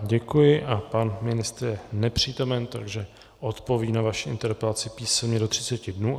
Děkuji a pan ministr je nepřítomen, takže odpoví na vaši interpelaci písemně do třiceti dnů.